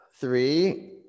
three